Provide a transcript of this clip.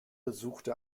besuchte